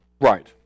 Right